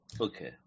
Okay